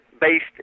based